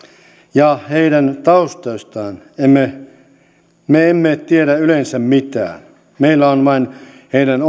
ja heidän taustoistaan me emme tiedä yleensä mitään meillä on vain heidän